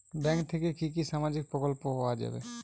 Bank থেকে কি কি সামাজিক প্রকল্প পাওয়া যাবে?